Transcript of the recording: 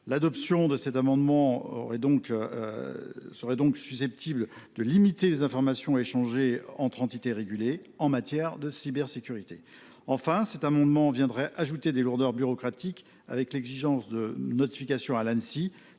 L’adoption de cet amendement serait donc susceptible de limiter les informations échangées entre entités régulées en matière de cybersécurité. Enfin, cette disposition viendrait ajouter des lourdeurs bureaucratiques, avec l’exigence de notification à l’Anssi